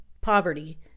poverty